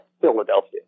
Philadelphia